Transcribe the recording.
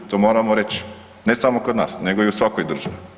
To moramo reć, ne samo kod nas nego i u svakoj državi.